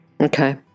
Okay